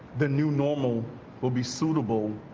the new normal will be suitable